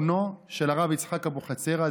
הוא בנו של הרב יצחק אבוחצירא,